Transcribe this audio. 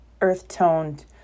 earth-toned